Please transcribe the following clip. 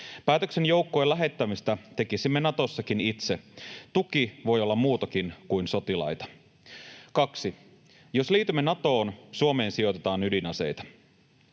Päätöksen joukkojen lähettämistä tekisimme Natossakin itse. Tuki voi olla muutakin kuin sotilaita. 2) Jos liitymme Natoon, Suomeen sijoitetaan ydinaseita.